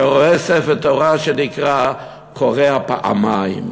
שהרואה ספר תורה שנקרע קורע פעמיים.